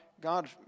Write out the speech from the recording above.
God